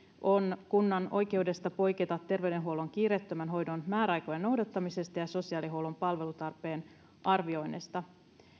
on kunnan oikeudesta poiketa terveydenhuollon kiireettömän hoidon määräaikojen noudattamisesta ja sosiaalihuollon palvelutarpeen arvioinneista